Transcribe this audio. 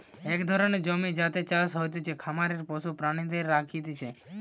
এক ধরণের জমি যাতে চাষ হতিছে, খামারে পশু প্রাণীকে রাখতিছে